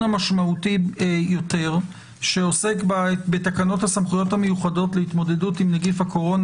המשמעותי יותר שעוסק בתקנות סמכויות מיוחדות להתמודדות עם נגיף הקורונה